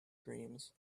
dreams